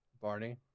Barney